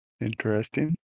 Interesting